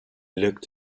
looked